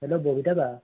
hello Babita বা